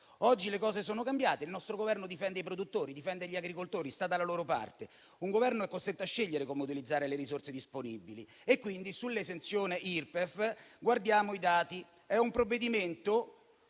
Oggi le cose sono cambiate: il nostro Governo difende i produttori, difende gli agricoltori e sta dalla loro parte. Un Governo è costretto a scegliere come utilizzare le risorse disponibili e, quindi, sull'esenzione Irpef guardiamo i dati: è un provvedimento